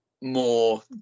more